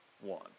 one